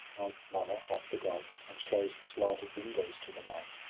mother of the gods, and shews its lighted windows to the main.